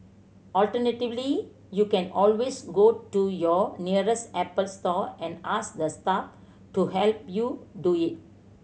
alternatively you can always go to your nearest Apple store and ask the staff to help you do it